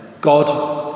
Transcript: God